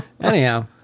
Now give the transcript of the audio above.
Anyhow